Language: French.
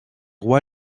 roi